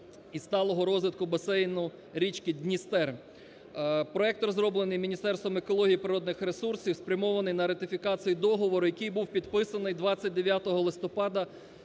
і сталого розвитку басейну річки Дністер. Проект розроблений Міністерством екології природних ресурсів, спрямований на ратифікацію договору, який був підписаний 29 листопада